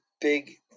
big